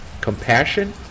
compassion